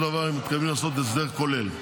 של דבר הם מתכוונים לעשות הסדר כולל.